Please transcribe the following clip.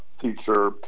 teacher